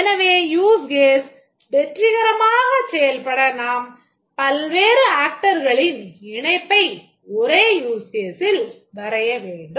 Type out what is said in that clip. எனவே use case வெற்றிகரமாகச் செயல்பட நாம் பல்வேறு actorகளின் இணைப்பை ஒரே use caseல் வரைய வேண்டும்